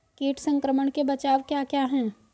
कीट संक्रमण के बचाव क्या क्या हैं?